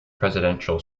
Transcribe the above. presidential